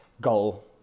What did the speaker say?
goal